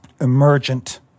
emergent